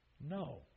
No